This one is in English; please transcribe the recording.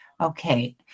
Okay